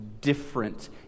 different